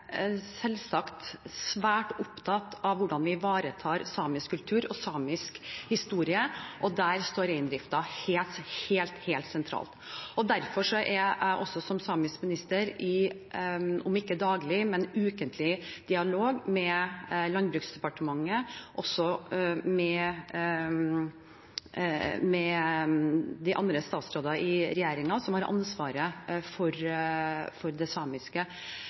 selvsagt svært opptatt av hvordan vi ivaretar samisk kultur og samisk historie, og der står reindriften helt, helt sentralt. Derfor er jeg som samisk minister om ikke daglig, men ukentlig i dialog med Landbruksdepartementet og også med de andre statsrådene i regjeringen som har ansvar for det samiske.